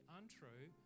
untrue